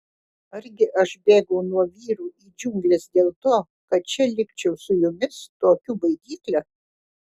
argi aš bėgau nuo vyrų į džiungles dėl to kad čia likčiau su jumis tokiu baidykle